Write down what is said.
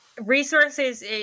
resources